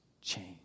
change